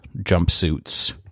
jumpsuits